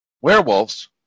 werewolves